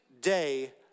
day